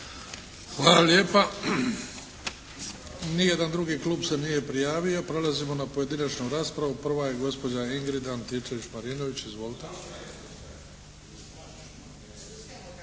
Hvala lijepa. Nijedan drugi klub se nije prijavio. Prelazimo na pojedinačnu raspravu. Prva je gospođa Ingrid Antičević-Marinović. Izvolite.